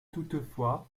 toutefois